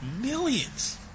Millions